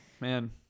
Man